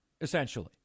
essentially